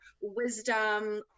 wisdom